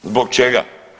Zbog čega?